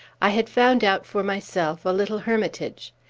i had found out for myself a little hermitage.